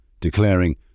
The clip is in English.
declaring